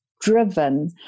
driven